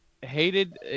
hated